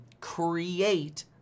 create